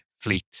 fleet